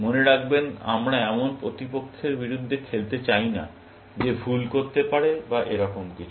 মনে রাখবেন আমরা এমন প্রতিপক্ষের বিরুদ্ধে খেলতে চাই না যে ভুল করতে পারে বা এরকম কিছু